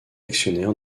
actionnaire